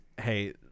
Hey